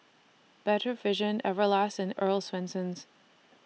Better Vision Everlast and Earl's Swensens